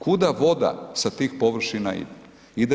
Kuda voda sa tih površina ide?